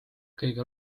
kõige